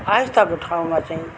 आयस्ताको ठाउँमा चाहिँ